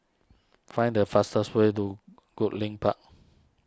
find the fastest way to Goodlink Park